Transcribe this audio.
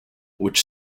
which